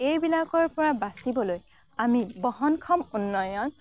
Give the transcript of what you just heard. এইবিলাকৰ পৰা বাছিবলৈ আমি বহনক্ষম উন্নয়ণ